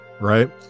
Right